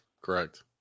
correct